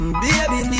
baby